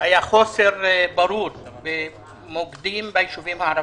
היה חוסר ברור במוקדים בישובים הערביים.